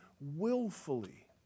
willfully